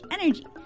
energy